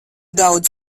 daudz